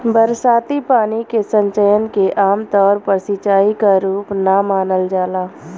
बरसाती पानी के संचयन के आमतौर पर सिंचाई क रूप ना मानल जाला